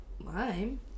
lime